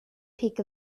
peak